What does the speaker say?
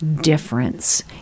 difference